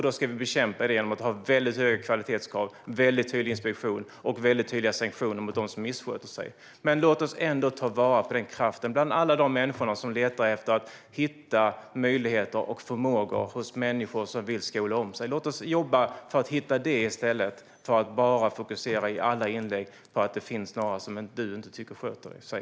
Då ska vi bekämpa det genom att ha väldigt höga kvalitetskrav, väldigt tydlig inspektion och väldigt tydliga sanktioner mot dem som missköter sig. Låt oss ändå ta vara på kraften bland alla de människor som letar efter att hitta möjligheter och förmågor hos människor som vill skola om sig. Låt oss jobba för att hitta det i stället för att i alla inlägg fokusera på att det finns några som du tycker inte sköter sig.